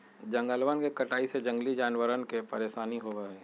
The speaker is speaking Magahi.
जंगलवन के कटाई से जंगली जानवरवन के परेशानी होबा हई